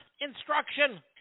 instruction